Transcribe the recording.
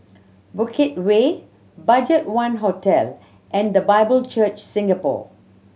Bukit Way BudgetOne Hotel and The Bible Church Singapore